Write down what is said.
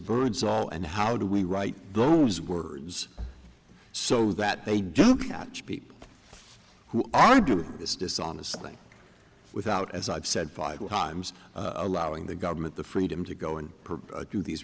birdsall and how do we write those words so that they do catch people who are doing this dishonestly without as i've said five times allowing the government the freedom to go and do these